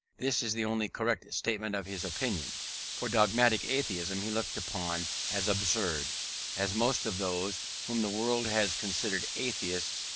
this is the only correct statement of his opinion for dogmatic atheism he looked upon as absurd as most of those, whom the world has considered atheists,